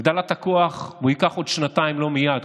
הגדלת הכוח, זה ייקח עוד שנתיים, לא מייד.